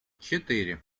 четыре